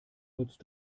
nutzt